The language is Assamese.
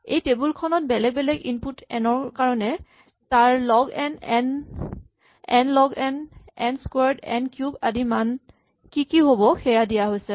এই টেবুল খনত বেলেগ বেলেগ ইনপুট এন ৰ কাৰণে তাৰ log N N N log N N squared N cube আদিৰ মান কি কি হ'ব সেয়া দিয়া হৈছে